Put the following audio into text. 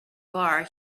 bar